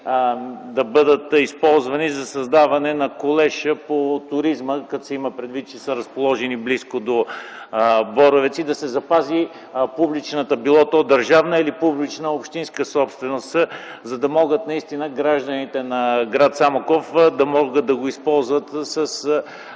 да бъде използвана за създаване на колеж по туризъм, като се има предвид, че са разположени близо до Боровец; и да се запази публичната – било то държавна или публична общинска собственост, за да могат наистина гражданите на гр. Самоков да го използват за